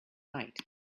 night